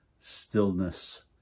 stillness